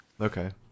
okay